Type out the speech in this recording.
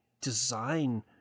design